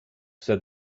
said